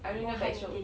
I only know backstroke